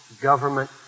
government